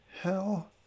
hell